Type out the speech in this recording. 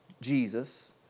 Jesus